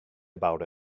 about